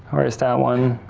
where is that one?